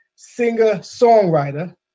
singer-songwriter